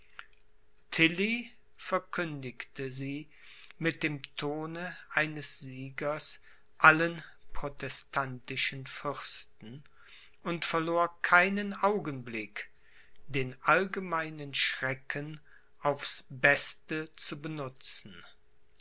verkündigte sie mit dem tone eines siegers allen protestantischen fürsten und verlor keinen augenblick den allgemeinen schrecken aufs beste zu benutzen